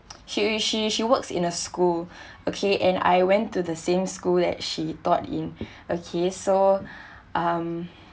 she she she works in a school okay and I went to the same school that she taught in okay so um